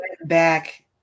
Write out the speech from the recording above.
back